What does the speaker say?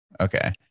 Okay